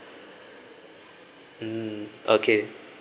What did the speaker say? mm okay